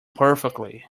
perfectly